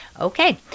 Okay